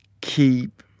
keep